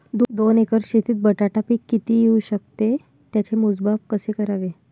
दोन एकर शेतीत बटाटा पीक किती येवू शकते? त्याचे मोजमाप कसे करावे?